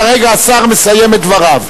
כרגע השר מסיים את דבריו.